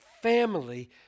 family